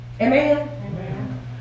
Amen